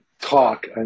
talk